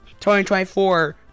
2024